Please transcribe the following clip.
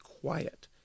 quiet